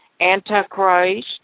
Antichrist